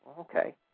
Okay